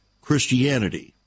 Christianity